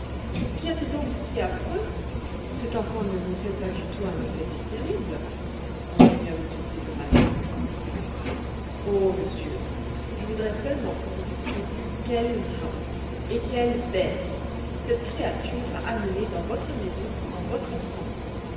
qu'y a-t-il donc de si affreux cette enfant ne me fait pas du tout un effet si terrible continua m r sesemann oh monsieur je voudrais seulement que vous eussiez vu quelles gens et quelles bêtes cette créature a amenés dans votre maison en votre absence